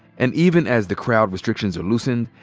and even as the crowd restrictions are loosened,